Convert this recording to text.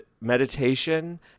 meditation